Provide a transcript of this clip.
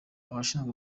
abashinzwe